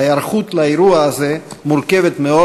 ההיערכות לאירוע הזה מורכבת מאוד.